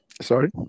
Sorry